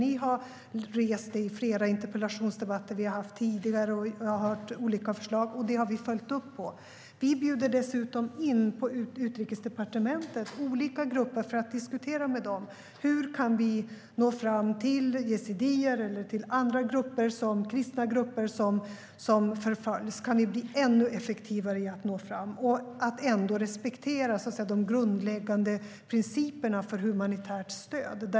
Ni har rest det i flera interpellationsdebatter som vi har haft tidigare, och vi har hört olika förslag. Och det har vi följt upp. Vi bjuder dessutom in, på Utrikesdepartementet, olika grupper för att diskutera med dem. Hur kan vi nå fram till yazidier eller till andra grupper, kristna grupper, som förföljs? Kan vi bli ännu effektivare i att nå fram och ändå respektera, så att säga, de grundläggande principerna för humanitärt stöd?